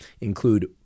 include